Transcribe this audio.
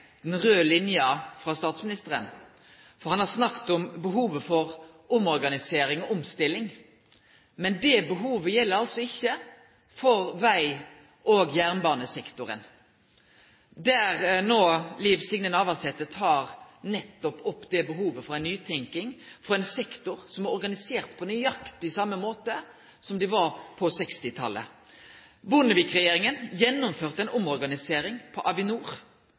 den raude linja hos statsministeren. Han har snakka om behovet for omorganisering og omstilling, men det behovet gjeld altså ikkje for veg- og jernbanesektoren, der Liv Signe Navarsete nettopp tek opp behovet for ei nytenking i ein sektor som er organisert på nøyaktig same måten som på 1960-talet. Bondevik-regjeringa gjennomførte ei omorganisering i Avinor